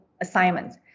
assignments